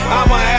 I'ma